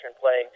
playing